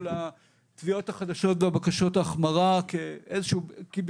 התביעות החדשות ובקשות ההחמרה כביטוי